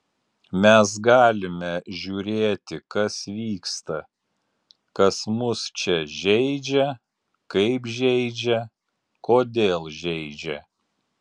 mes galime žiūrėti kas vyksta kas mus čia žeidžia kaip žeidžia kodėl žeidžia